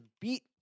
beat